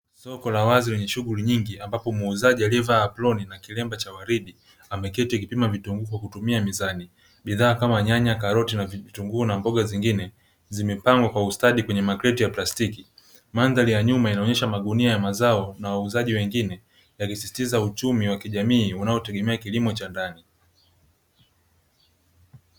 Soko la wazi kwenye shughuli nyingi ambapo muuzaji, aliyevaa aproni na kilemba cha waridi ameketi kipima vitunguu kwa kutumia mizani. Bidhaa kama nyanya, karoti na vitunguu na mboga zingine zimepangwa kwa ustadi kwenye makreti ya plastiki. Mandhari ya nyuma inaonyesha magunia ya mazao na wauzaji wengine yakisisitiza uchumi wa kijamii wanaotegemea kilimo cha ndani.